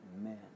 Amen